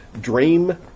dream